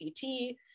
CT